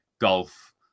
golf